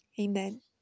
Amen